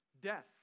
death